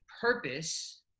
purpose